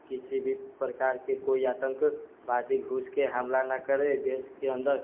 किसी भी प्रकार के कोइ आतंकवादी घुस के हमला न करय देश के अन्दर